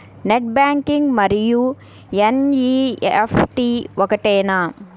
Net banking మరియు ఎన్.ఈ.ఎఫ్.టీ ఒకటేనా?